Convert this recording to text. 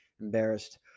embarrassed